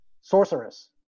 sorceress